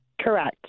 Correct